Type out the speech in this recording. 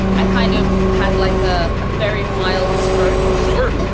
i kind of had like a ah very mild stroke. sure.